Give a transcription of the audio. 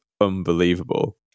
unbelievable